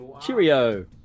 Cheerio